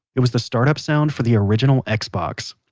it was the start up sound for the original xbox.